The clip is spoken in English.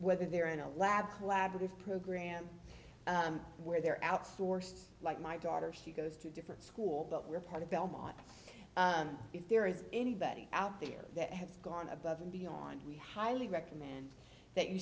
whether they're in a lab collaborative program where they're outsourced like my daughter she goes to a different school but we're part of belmont if there is anybody out there that has gone above and beyond we highly recommend that you